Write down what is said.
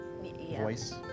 voice